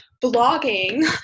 blogging